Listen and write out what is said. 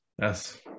Yes